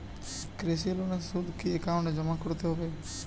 কৃষি লোনের সুদ কি একাউন্টে জমা করতে হবে?